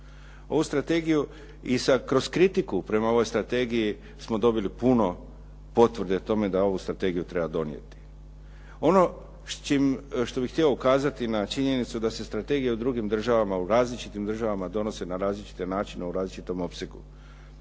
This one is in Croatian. Ovu strategiju i kroz kritiku prema ovoj strategiji smo dobili puno potvrde o tome da ovu strategiju treba donijeti. Ono što bi htio ukazati na činjenicu da se strategija u drugim državama u različitim državama donose na različite načine u različitom opsegu.